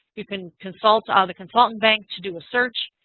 you can consult ah the consultant bank to do a search.